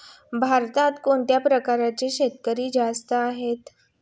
भारतात कोणत्या प्रकारचे शेतकरी जास्त आहेत?